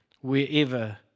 wherever